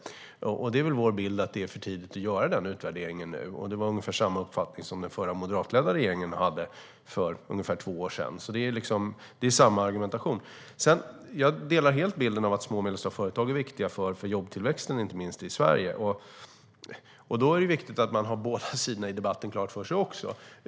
Det är vår bild att det är för tidigt att göra den utvärderingen nu. Det var ungefär samma uppfattning som den förra moderatledda regeringen hade för ungefär två år sedan. Det är samma argumentation. Jag delar helt bilden av att små och medelstora företag är viktiga inte minst för jobbtillväxten i Sverige. Då är det viktigt att man har båda sidorna i debatten klara för sig.